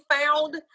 found